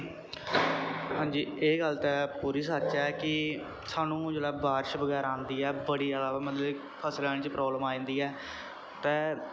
हां जी एह् गल्ल ते पूरी सच्च ऐ कि सानूं जिसलै बारश बगैरा आंदी ऐ बड़ी जादा मतलब फसल लाने च प्राब्लम आई जंदी ऐ